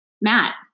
Matt